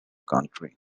country